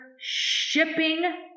shipping